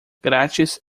grátis